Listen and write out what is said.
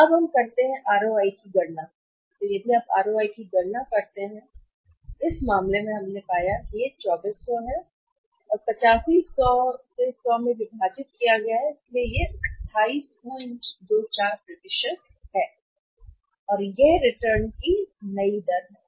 तो अब हमें करते हैं आरओआई की गणना करें यदि आप आरओआई की गणना करते हैं तो इस मामले में हमने पाया है कि आरओआई यहां 2400 है और 8500 से 100 में विभाजित किया गया है इसलिए यह 2824 है और यह रिटर्न की नई दर है